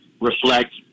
reflect